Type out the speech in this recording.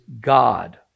God